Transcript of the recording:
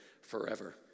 forever